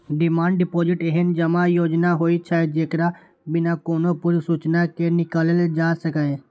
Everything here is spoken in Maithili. डिमांड डिपोजिट एहन जमा योजना होइ छै, जेकरा बिना कोनो पूर्व सूचना के निकालल जा सकैए